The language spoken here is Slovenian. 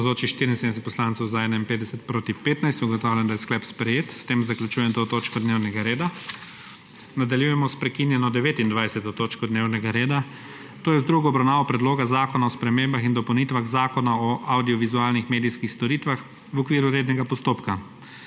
(Za je glasovalo 51.) (Proti 15.) Ugotavljam, da je sklep sprejet. S tem zaključujem to točko dnevnega reda. Nadaljujemo s prekinjeno 29. točko dnevnega reda, to je z drugo obravnavo Predloga zakona o spremembah in dopolnitvah Zakona o avdiovizualnih medijskih storitvah v okviru rednega postopka.